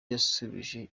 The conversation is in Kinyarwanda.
yasubije